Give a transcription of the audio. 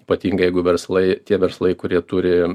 ypatingai jeigu verslai tie verslai kurie turi